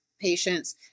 patients